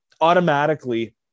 automatically